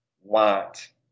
want